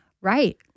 right